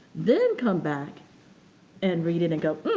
then come back and read it and go,